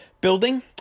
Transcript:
building